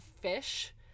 fish